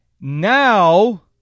Now